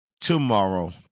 Tomorrow